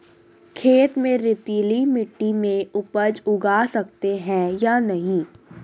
खेत में रेतीली मिटी में उपज उगा सकते हैं या नहीं?